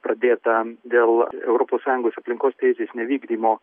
pradėta dėl europos sąjungos aplinkos teisės nevykdymo